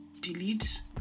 delete